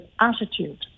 attitude